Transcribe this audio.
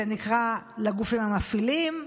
זה נקרא "הגופים המפעילים"